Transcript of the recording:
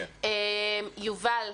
יובל,